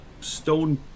stone